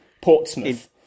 portsmouth